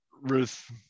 Ruth